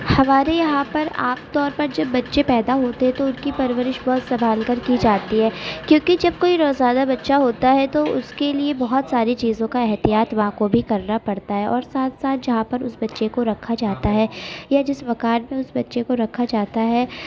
ہمارے یہاں پر عام طور پر جب بچے پیدا ہوتے ہے تو ان کی پرورش بہت سنبھال کر کی جاتی ہے کیوں کہ جب کوئی نوزائیدہ بچہ ہوتا ہے تو اس کے لیے بہت ساری چیزوں کا احتیاط ماں کو بھی کرنا پڑتا ہے اور ساتھ ساتھ جہاں پر اس بچے کو رکھا جاتا ہے یا جس مکان میں اس بچے کو رکھا جاتا ہے